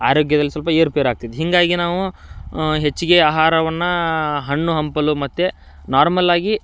ಆರೋಗ್ಯದಲ್ಲಿ ಸ್ವಲ್ಪ ಏರುಪೇರು ಆಗ್ತಿತ್ತು ಹೀಗಾಗಿ ನಾವು ಹೆಚ್ಚಿಗೆ ಆಹಾರವನ್ನು ಹಣ್ಣು ಹಂಪಲು ಮತ್ತು ನಾರ್ಮಲ್ಲಾಗಿ